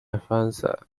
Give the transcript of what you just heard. advisors